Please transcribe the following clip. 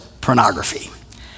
pornography